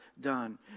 done